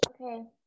Okay